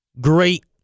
great